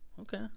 Okay